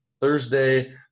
Thursday